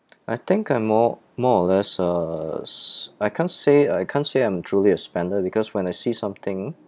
I think I'm more more or less a s~ I can't say I can't say I'm truly a spender because when I see something